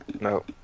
No